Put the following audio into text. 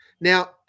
Now